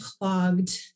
clogged